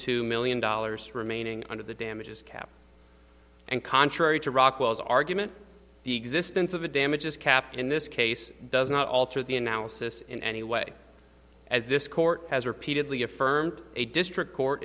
two million dollars remaining under the damages cap and contrary to rockwell's argument the existence of a damages cap in this case does not alter the analysis in any way as this court has repeatedly affirmed a district court